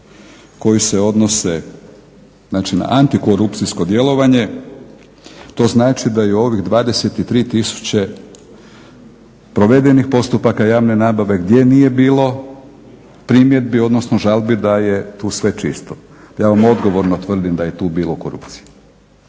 koji se odnose na antikorupcijsko djelovanje, to znači da je i ovih 23 tisuće provedenih postupaka javne nabave gdje nije bilo primjedbi odnosno žalbi, da je tu sve čisto. Ja vam odgovorno tvrdim da je tu bilo korupcije. Čisto